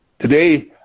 Today